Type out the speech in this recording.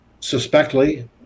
suspectly